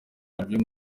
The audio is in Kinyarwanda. janvier